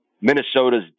Minnesota's